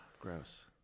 Gross